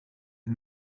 and